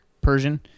Persian